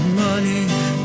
money